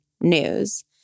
news